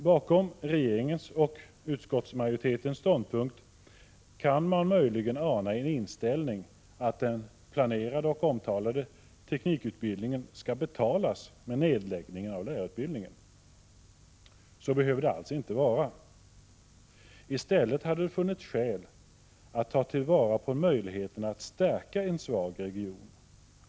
Bakom regeringens och utskottsmajoritetens ståndpunkt kan man möjligen ana en inställning att den planerade och omtalade teknikutbildningen skall betalas med nedläggningen av lärarutbildningen. Så behöver det alls inte vara. Det hade i stället funnits skäl att ta till vara möjligheterna att stärka en svag region.